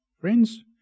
Friends